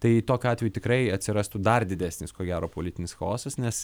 tai tokiu atveju tikrai atsirastų dar didesnis ko gero politinis chaosas nes